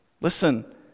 Listen